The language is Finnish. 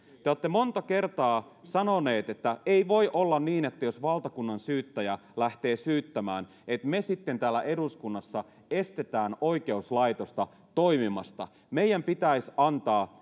te te olette monta kertaa sanoneet että ei voi olla niin että jos valtakunnansyyttäjä lähtee syyttämään niin me sitten täällä eduskunnassa estämme oikeuslaitosta toimimasta ja meidän pitäisi antaa